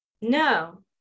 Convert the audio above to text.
No